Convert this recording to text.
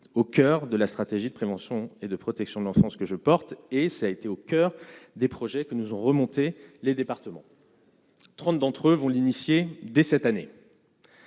au coeur de la stratégie de prévention et de protection de l'enfance que je porte et ça a été au coeur des projets que nous ont remonté les départements 30 d'entre eux vont l'initier dès cette année.